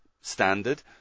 standard